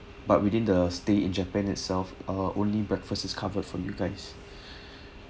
but within the stay in japan itself ah only breakfast is covered from you guys